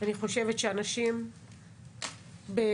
אני חושבת שאנשים באמת